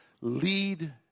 lead